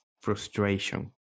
frustration